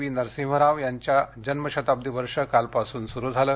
V Narasimharao यांचं जन्मशताब्दी वर्ष कालपासून सुरू झालं